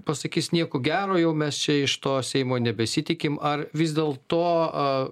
pasakys nieko gero jau mes čia iš to seimo nebesitikim ar vis dėl to